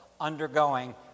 undergoing